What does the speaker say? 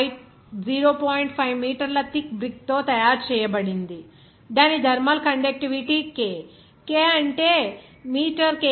5 మీటర్ల thick brick తో తయారు చేయబడింది దాని థర్మల్ కండక్టివిటీ K K అంటే మీటర్ K కి 0